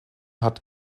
hat